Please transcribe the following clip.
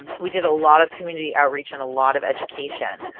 we did a lot of community outreach and a lot of education.